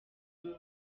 nzu